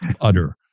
utter